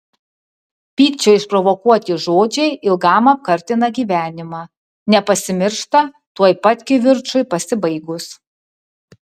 pykčio išprovokuoti žodžiai ilgam apkartina gyvenimą nepasimiršta tuoj pat kivirčui pasibaigus